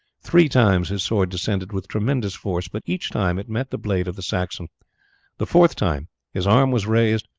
three times his sword descended with tremendous force, but each time it met the blade of the saxon the fourth time his arm was raised,